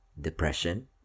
depression